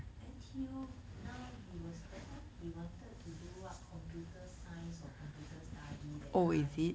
N_T_U now he was that time he wanted to do what computer science or computer study that kind